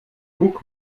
guck